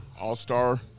all-star